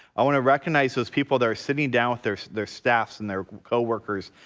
i want to recognize those people that are sitting down with their their staffs and their co-workers,